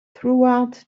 throughout